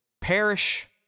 perish